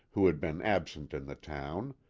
who had been absent in the town,